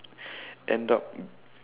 end up